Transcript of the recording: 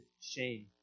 shame